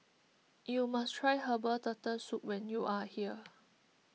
you must try Herbal Turtle Soup when you are here